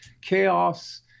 chaos